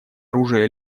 оружия